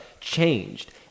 changed